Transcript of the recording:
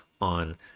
on